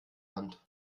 hand